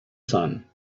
sun